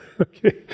okay